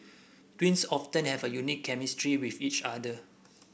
twins often have a unique chemistry with each other